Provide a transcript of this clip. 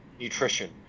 nutrition